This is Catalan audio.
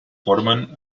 formen